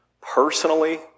personally